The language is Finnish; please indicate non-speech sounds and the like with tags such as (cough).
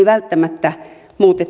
(unintelligible) välttämättä